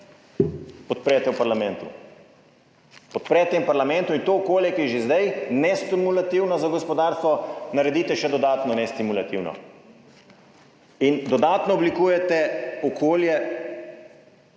podprete v parlamentu. Podprete v parlamentu in to okolje, ki je že zdaj nestimulativno za gospodarstvo, naredite še dodatno nestimulativno in dodatno oblikujete okolje,